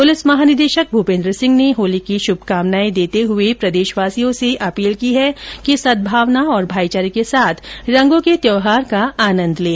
police महानिदेशक भूपेन्द्र सिंह ने होली की शुभकामनाएं देते हुए प्रदेशवासियों से अपील की है कि सदभावना और भाईचारे के साथ रंगो के त्यौहार का आनंद लें